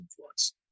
influence